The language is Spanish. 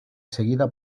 seguida